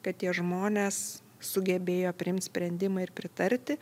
kad tie žmonės sugebėjo priimt sprendimą ir pritarti